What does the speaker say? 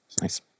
Nice